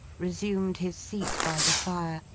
resumed his seat by the fire,